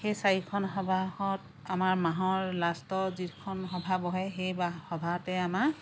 সেই চাৰিখন সভাহত আমাৰ মাহৰ লাষ্টৰ যিখন সভা বহে সেই সভাতে আমাৰ